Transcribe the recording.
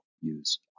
use